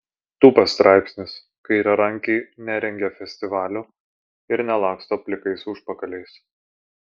tūpas straipsnis kairiarankiai nerengia festivalių ir nelaksto plikais užpakaliais